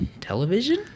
television